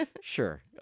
sure